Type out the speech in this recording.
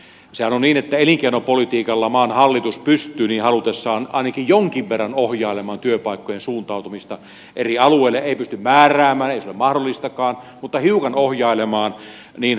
sehän on niin että elinkeinopolitiikalla maan hallitus pystyy niin halutessaan ainakin jonkin verran ohjailemaan työpaikkojen suuntautumista eri alueille ei pysty määräämään ei se ole mahdollistakaan mutta hiukan ohjailemaan niin halutessaan